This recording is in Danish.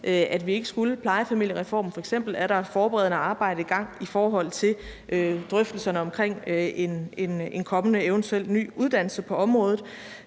at vi ikke skulle, f.eks. plejefamiliereformen, som der er et forberedende arbejde i gang i forhold til, drøftelserne omkring en eventuel ny kommende uddannelse på området